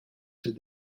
sydd